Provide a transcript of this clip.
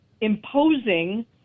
imposing